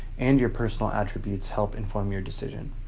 and your personal attributes help inform your decision.